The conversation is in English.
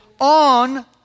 on